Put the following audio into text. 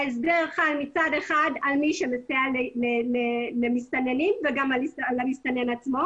ההסדר חל מצד אחד על מי שמסייע למסתננים וגם על המסתנן עצמו.